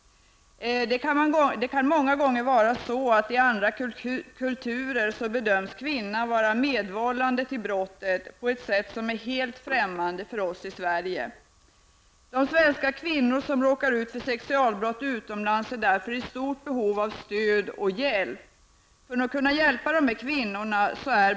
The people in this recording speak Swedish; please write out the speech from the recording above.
Det kan många gånger vara så att i andra kulturer bedöms kvinnan vara medvållande till brottet på ett sätt som är helt främmande för oss i Sverige. De svenska kvinnor som råkar ut för sexualbrott utomlands är därför i stort behov av stöd och hjälp.